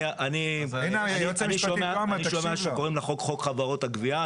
אני שומע שקוראים לחוק חוק חברות הגבייה,